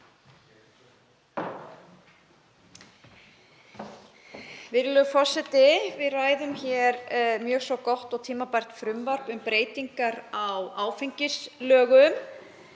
Virðulegur forseti. Við ræðum mjög svo gott og tímabært frumvarp um breytingar á áfengislögum.